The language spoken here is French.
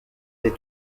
des